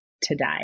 today